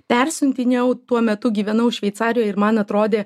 persiuntinėjau tuo metu gyvenau šveicarijoje ir man atrodė